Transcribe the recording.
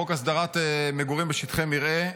בחוק הסדרת מגורים בשטחי מרעה,